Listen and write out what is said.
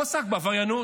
הוא עסק בעבריינות.